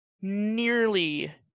nearly